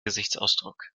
gesichtsausdruck